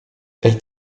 elle